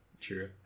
True